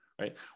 right